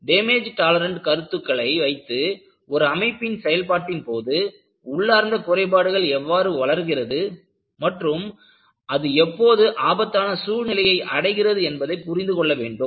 damage tolerant கருத்துக்களை வைத்து ஒரு அமைப்பின் செயல்பாட்டின் போது உள்ளார்ந்த குறைபாடுகள் எவ்வாறு வளர்கிறது மற்றும் அது எப்போது ஆபத்தான சூழ்நிலையை அடைகிறது என்பதை புரிந்து கொள்ள வேண்டும்